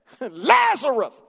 Lazarus